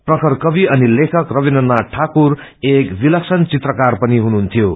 प्रखर कवि अनि लेखब रवीन्द्र नाय ठाकुर एक विलक्षण चित्रकार पनि हुनुहुन्थ्यो